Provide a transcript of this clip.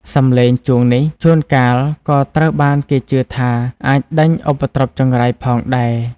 សំឡេងជួងនេះ ជួនកាលក៏ត្រូវបានគេជឿថាអាចដេញឧបទ្រពចង្រៃផងដែរ។